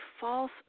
false